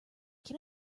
can